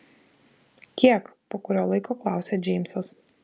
kiek po kurio laiko klausia džeimsas